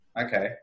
Okay